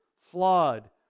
Flawed